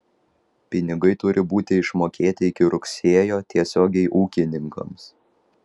pinigai turi būti išmokėti iki rugsėjo tiesiogiai ūkininkams